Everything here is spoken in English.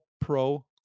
pro